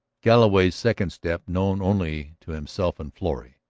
galloway's second step, known only to himself and florrie,